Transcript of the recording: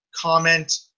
comment